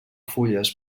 fulles